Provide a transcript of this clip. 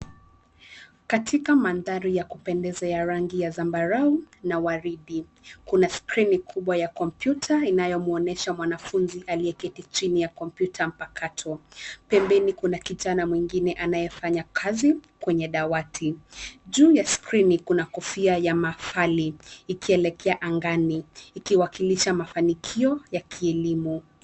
Katika mandhari ya kupendeza ya rangi ya zambarau, na waridi. Kuna skrini kubwa ya kompyuta, inayomwonyesha mwanafunzi aliyeketi chini ya kompyuta mpakato. Pembeni kuna kijana mwingine anayefanya kazi, kwenye dawati. Juu ya skrini, kuna kofia ya mafali, ikielekea angani, ikiwakilisha mafanikio ya kielimu.